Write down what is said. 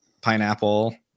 pineapple